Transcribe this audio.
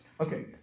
Okay